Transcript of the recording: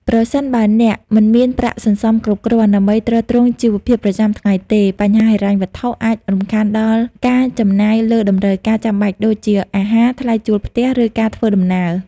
ប្រសិនបើអ្នក មិនមានប្រាក់សន្សំគ្រប់គ្រាន់ ដើម្បីទ្រទ្រង់ជីវភាពប្រចាំថ្ងៃទេ បញ្ហាហិរញ្ញវត្ថុអាចរំខានដល់ការចំណាយលើតម្រូវការចាំបាច់ដូចជា អាហារ ថ្លៃជួលផ្ទះ ឬការធ្វើដំណើរ។